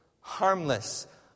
harmless